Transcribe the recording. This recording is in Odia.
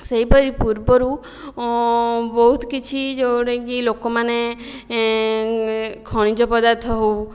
ସେହିପରି ପୂର୍ବରୁ ବହୁତ କିଛି ଯେଉଁଟାକି ଲୋକମାନେ ଖଣିଜ ପଦାର୍ଥ ହେଉ